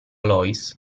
lois